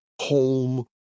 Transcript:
home